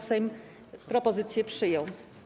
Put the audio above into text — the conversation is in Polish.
Sejm propozycję przyjął.